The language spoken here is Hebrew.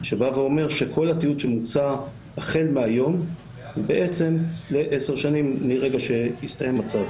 שאומר שכל התיעוד שמוצא החל מהיום הוא לעשר שנים מרגע שיסתיים הצו.